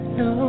no